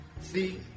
see